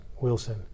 Wilson